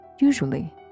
usually